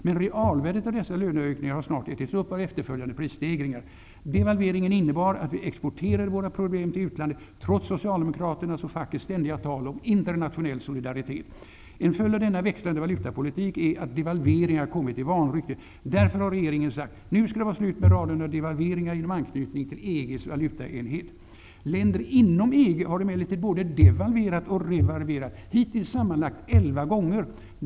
Men realvärdet av dessa lönehöjningar har snart ätits upp av efterföljande prisstegringar. Devalveringen innebar att vi exporterade våra problem till utlandet, trots socialdemokraternas och fackets ständiga tal om internationell solidaritet. En följd av denna växlande valutakurspolitik är att devalveringar kommit i vanrykte. Därför har regeringen sagt: Nu skall det vara slut med raden av devalveringar, genom anknytningen till EG:s valutaenhet. Länder inom EG har emellertid både devalverat och revalverat, hittills sammanlagt elva gånger.